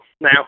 Now